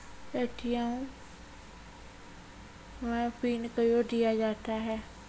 ATM मे PIN कयो दिया जाता हैं?